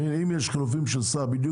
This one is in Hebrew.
אם יש חילופים של שר בדיוק